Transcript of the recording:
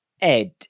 Ed